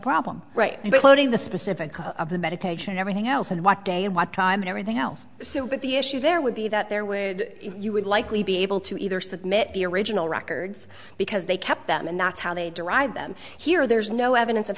problem right now but loading the specific cause of the medication and everything else and what day and what time and everything else so but the issue there would be that there would you would likely be able to either submit the original records because they kept them and that's how they derived them here there's no evidence of